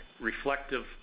reflective